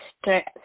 stress